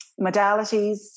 modalities